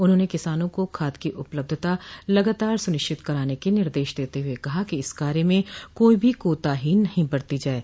उन्होंने किसानों को खाद की उपलब्धता लगातार सुनिश्चित कराने के निर्देश देते हुए कहा कि इस कार्य में कोई भी कोताही नहीं बरती जाये